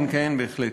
כן, בהחלט.